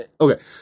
okay